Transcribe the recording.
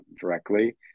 directly